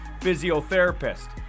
physiotherapist